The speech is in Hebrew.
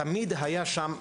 תמיד היה שם